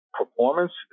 performance